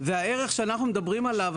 והערך שאנחנו מדברים עליו,